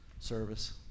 Service